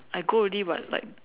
I go already but like